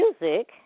music